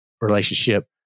relationship